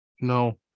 No